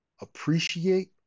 appreciate